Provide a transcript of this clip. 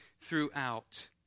throughout